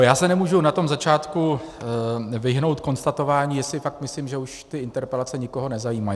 Já se nemůžu na začátku vyhnout konstatování, že si fakt myslím, že už ty interpelace nikoho nezajímají.